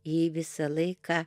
ji visą laiką